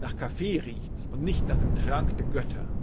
nach kaffee riecht's und nicht nach trank der götter